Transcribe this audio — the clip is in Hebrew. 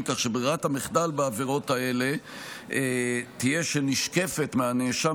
כך שברירת המחדל בעבירות האלה תהיה שנשקפת מהנאשם